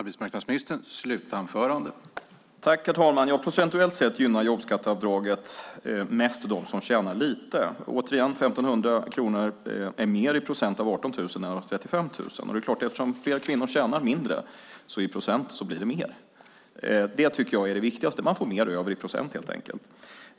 Herr talman! Procentuellt sett gynnar jobbskatteavdraget mest dem som tjänar lite. Återigen: 1 500 kronor är mer i procent av 18 000 kronor än av 35 000 kronor. Det är klart att eftersom fler kvinnor tjänar mindre så blir det mer i procent. Det tycker jag är det viktigaste. Man får mer över i procent helt enkelt.